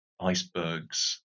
icebergs